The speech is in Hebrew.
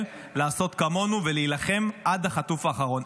לעשות כמונו ולהילחם עד החטוף האחרון.